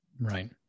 Right